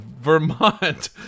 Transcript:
vermont